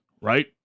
right